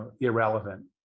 irrelevant